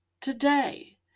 today